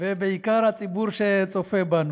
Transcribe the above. ובעיקר הציבור שצופה בנו,